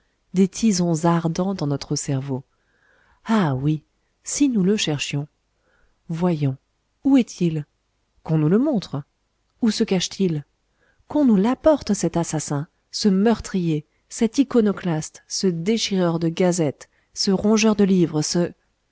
des tisons ardents dans notre cerveau ah oui si nous le cherchions voyons où est-il qu'on nous le montre où se cache-t-il qu'on nous l'apporte cet assassin ce meurtrier cet iconoclaste ce déchireur de gazettes ce rongeur de livres ce